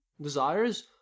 desires